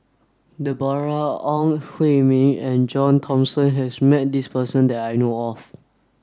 Deborah Ong Hui Min and John Thomson has met this person that I know of